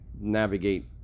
navigate